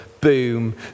boom